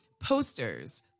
posters